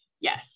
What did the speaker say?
yes